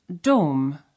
Dom